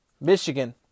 Michigan